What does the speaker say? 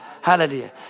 Hallelujah